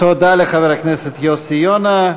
לחבר הכנסת יוסי יונה.